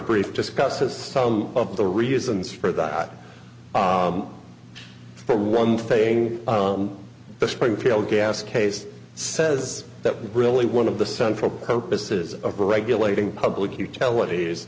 brief discusses some of the reasons for that for one thing the springfield gas case says that really one of the sun for purposes of regulating public utilities